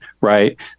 right